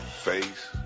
face